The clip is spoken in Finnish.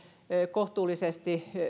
kohtuullisesti